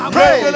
Pray